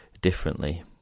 differently